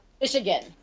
Michigan